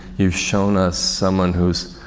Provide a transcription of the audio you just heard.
you've shown us someone who's,